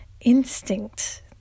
instinct